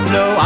no